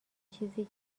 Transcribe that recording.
چیزی